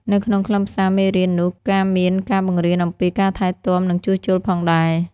នៅក្នុងខ្លឹមសារមេរៀននោះការមានការបង្រៀនអំពី ការថែទាំ និងជួសជុលផងដែរ។